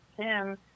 Tim